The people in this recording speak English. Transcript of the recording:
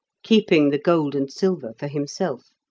keeping the gold and silver for himself,